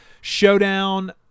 showdown